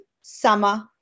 summer